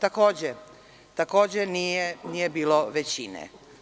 Takođe nije bilo većine.